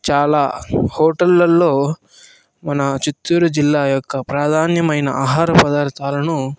చాలా హోటళ్లలో మన చిత్తూరు జిల్లా యొక్క ప్రాధాన్యమైన ఆహారపదార్ధాలను